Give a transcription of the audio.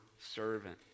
servant